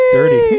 Dirty